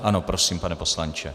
Ano prosím, pane poslanče.